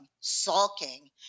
sulking